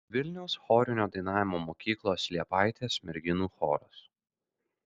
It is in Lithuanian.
vilniaus chorinio dainavimo mokyklos liepaitės merginų choras